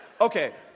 Okay